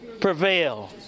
prevail